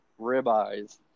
ribeyes